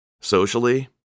Socially